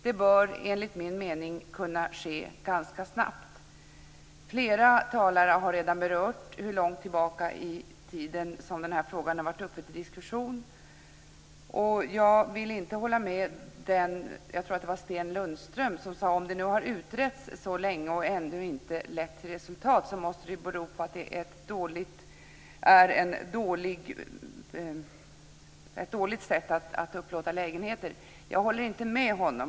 Det bör enligt min mening kunna ske ganska snabbt. Flera talare har redan berört hur långt tillbaka i tiden frågan har varit uppe till diskussion. Jag tror att det var Sten Lundström som sade att om detta nu har utretts så länge och det ändå inte har gett resultat måste det bero på att det är ett dåligt sätt att upplåta lägenheter. Jag håller inte med om det.